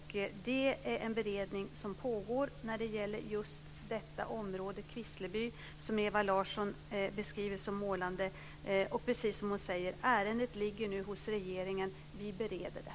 Det pågår en beredning om just detta område, Kvissleby, som Ewa Larsson beskriver så målande, och precis som hon säger: Ärendet ligger nu hos regeringen, och vi bereder det.